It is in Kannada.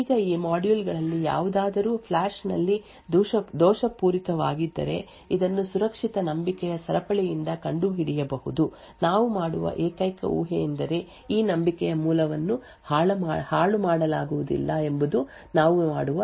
ಈಗ ಈ ಮಾಡ್ಯೂಲ್ ಗಳಲ್ಲಿ ಯಾವುದಾದರೂ ಫ್ಲ್ಯಾಷ್ ನಲ್ಲಿ ದೋಷಪೂರಿತವಾಗಿದ್ದರೆ ಇದನ್ನು ಸುರಕ್ಷಿತ ನಂಬಿಕೆಯ ಸರಪಳಿಯಿಂದ ಕಂಡುಹಿಡಿಯಬಹುದು ನಾವು ಮಾಡುವ ಏಕೈಕ ಊಹೆಯೆಂದರೆ ಈ ನಂಬಿಕೆಯ ಮೂಲವನ್ನು ಹಾಳುಮಾಡಲಾಗುವುದಿಲ್ಲ ಎಂಬುದು ನಾವು ಮಾಡುವ ಏಕೈಕ ಊಹೆ